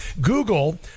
Google